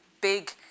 big